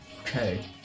Okay